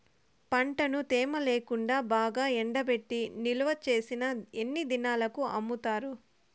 పంటను తేమ లేకుండా బాగా ఎండబెట్టి నిల్వచేసిన ఎన్ని దినాలకు అమ్ముతారు?